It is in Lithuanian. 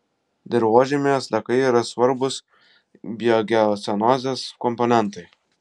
dirvožemyje sliekai yra svarbūs biogeocenozės komponentai